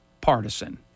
partisan